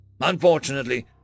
Unfortunately